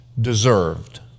deserved